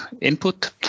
input